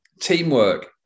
teamwork